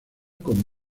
con